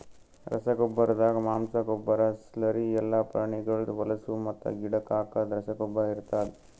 ರಸಗೊಬ್ಬರ್ದಾಗ ಮಾಂಸ, ಗೊಬ್ಬರ, ಸ್ಲರಿ ಎಲ್ಲಾ ಪ್ರಾಣಿಗಳ್ದ್ ಹೊಲುಸು ಮತ್ತು ಗಿಡಕ್ ಹಾಕದ್ ರಸಗೊಬ್ಬರ ಇರ್ತಾದ್